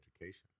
education